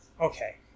Okay